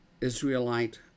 Israelite